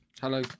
Hello